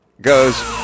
goes